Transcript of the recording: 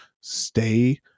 Stay